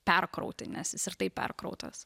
perkrauti nes jis ir taip perkrautas